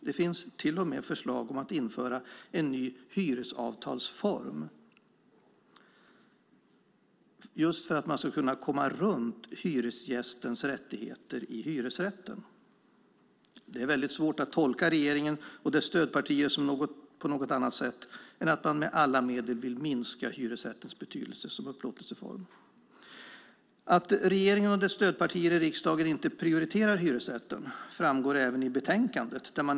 Det finns till och med förslag om att införa en ny hyresavtalsform just för att man ska kunna komma runt hyresgästens rättigheter i hyresrätten. Det är väldigt svårt att tolka regeringen och dess stödpartier på något annat sätt än att man med alla medel vill minska hyresrättens betydelse som upplåtelseform. Att regeringen och dess stödpartier i riksdagen inte prioriterar hyresrätten framgår även i betänkandet.